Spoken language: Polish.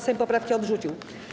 Sejm poprawki odrzucił.